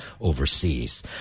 overseas